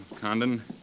Condon